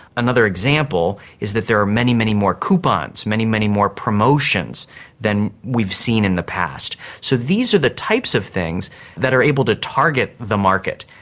another example is that there are many, many more coupons, many, many more promotions than we've seen in the past. so these are the types of things that are able to target the market.